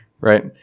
right